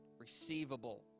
receivable